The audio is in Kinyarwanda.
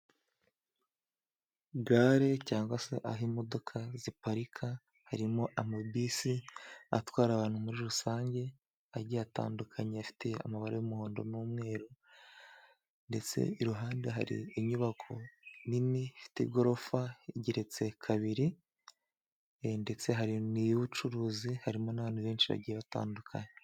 Gare cyangwa se aho imodoka ziparika harimo amabisi atwara abantu muri rusange agiye atandukanye, afite amabare y'umuhondo n'umweru ndetse iruhande hari inyubako nini ifite igorofa rigeretse kabiri, ndetse hari n'iy'ubucuruzi, harimo n'abantu benshi bagiye batandukanye.